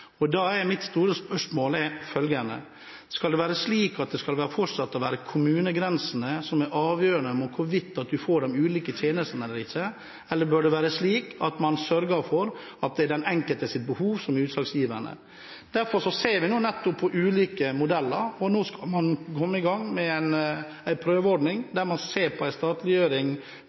imellom. Da er mitt store spørsmål følgende: Skal det være slik at det fortsatt er kommunegrensene som er avgjørende for hvorvidt man får de ulike tjenestene eller ikke, eller bør det være slik at man sørger for at det er de enkeltes behov som er utslagsgivende? Derfor ser vi på ulike modeller, og nå skal man i gang med en prøveordning der man ser på en statliggjøring